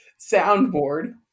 soundboard